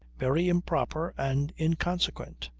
very improper and inconsequent.